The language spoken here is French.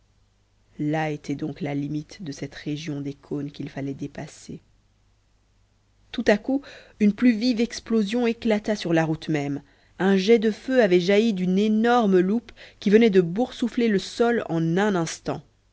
là était donc la limite de cette région des cônes qu'il fallait dépasser tout à coup une plus vive explosion éclata sur la route même un jet de feu avait jailli d'une énorme loupe qui venait de boursoufler le sol en un instant